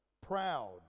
Proud